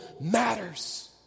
matters